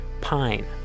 Pine